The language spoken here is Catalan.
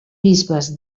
bisbes